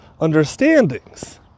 understandings